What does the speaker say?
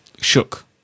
shook